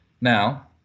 Now